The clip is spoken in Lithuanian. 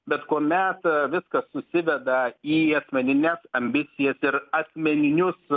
bet kuomet viskas susiveda į asmenines ambicijas ir asmeninius